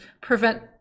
prevent